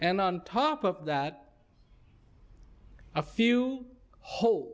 and on top of that a few ho